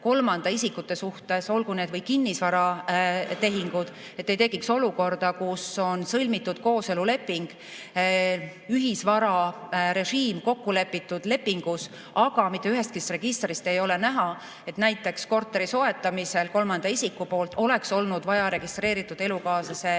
oluline, et näiteks kas või kinnisvaratehingute puhul ei tekiks olukorda, kus on sõlmitud kooseluleping, ühisvara režiim on lepingus kokku lepitud, aga mitte ühestki registrist ei ole näha, et näiteks korteri soetamisel kolmanda isiku poolt oleks olnud vaja registreeritud elukaaslase